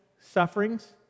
sufferings